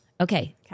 Okay